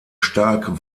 stark